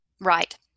Right